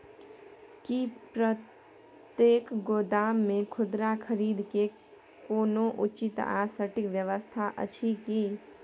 की प्रतेक गोदाम मे खुदरा खरीद के कोनो उचित आ सटिक व्यवस्था अछि की?